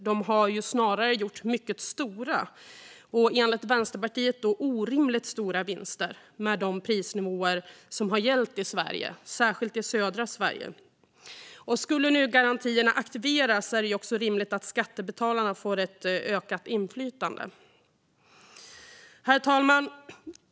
De har enligt Vänsterpartiet snarare gjort orimligt stora vinster i och med de prisnivåer som har gällt i Sverige, särskilt i södra Sverige. Skulle nu garantierna aktiveras är det också rimligt att skattebetalarna får ett ökat inflytande. Herr talman!